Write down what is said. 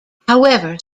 however